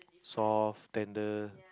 soft tender